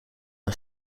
een